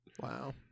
Wow